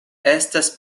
estas